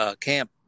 camp